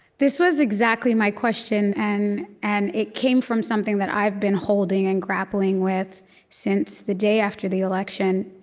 this was exactly my question. and and it came from something that i've been holding and grappling with since the day after the election,